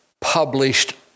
published